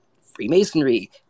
freemasonry